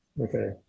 Okay